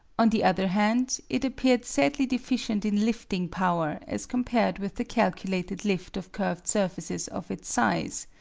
on the other hand, it appeared sadly deficient in lifting power as compared with the calculated lift of curved surfaces of its size.